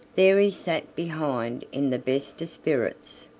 there he sat behind in the best of spirits,